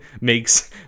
Makes